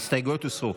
ההסתייגויות הוסרו.